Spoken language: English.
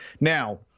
Now